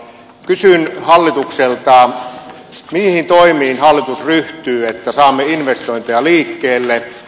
kysyn hallitukselta mihin toimiin hallitus ryhtyy että saamme investointeja liikkeelle